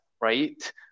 right